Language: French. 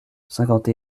cinquante